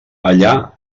allà